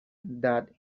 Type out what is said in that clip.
that